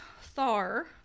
Thar